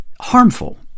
harmful